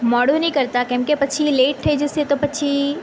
મોડું નહીં કરતાં કેમકે પછી લેટ થઈ જશે તો પછી